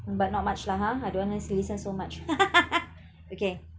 um but not much lah ha I don't want us listen so much okay